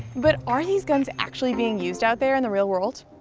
but are these guns actually being used out there in the real world?